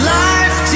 life